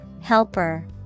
Helper